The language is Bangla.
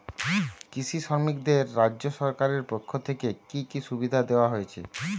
কৃষি শ্রমিকদের রাজ্য সরকারের পক্ষ থেকে কি কি সুবিধা দেওয়া হয়েছে?